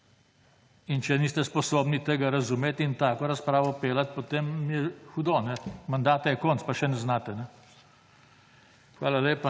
In če niste sposobni tega razumeti in tako razpravo peljati, potem je hudo. Mandata je konec, pa še ne znate. Hvala lepa.